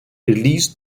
released